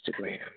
Instagram